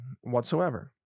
whatsoever